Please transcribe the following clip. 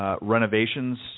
renovations